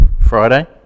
Friday